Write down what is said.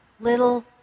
little